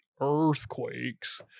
earthquakes